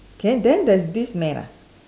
K then there's this man ah